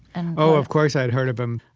and oh, of course, i'd heard of him.